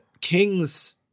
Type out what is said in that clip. King's